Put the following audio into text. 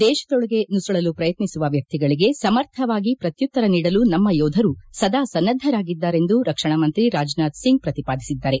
ದೇಶದೊಳಗೆ ನುಸುಳಲು ಪ್ರಯತ್ನಿಸುವ ವ್ಯಕ್ತಿಗಳಿಗೆ ಸಮರ್ಥವಾಗಿ ಪ್ರತ್ಯುತ್ತರ ನೀಡಲು ನಮ್ಮ ಯೋಧರು ಸದಾ ಸನ್ನದ್ದರಾಗಿದ್ದಾರೆಂದು ರಕ್ಷಣಾ ಮಂತ್ರಿ ರಾಜನಾಥ್ ಸಿಂಗ್ ಪ್ರತಿಪಾದಿಸಿದ್ದಾರೆ